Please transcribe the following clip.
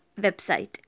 website